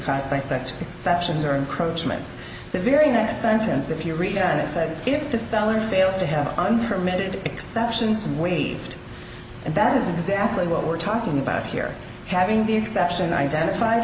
caused by such exceptions are encroachments the very next sentence if you read on it said if the seller fails to have unpermitted exceptions waived and that is exactly what we're talking about here having the exception identified